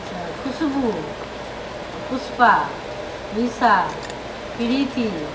अच्छा खूशबू आओर पुष्पा मीशा प्रीती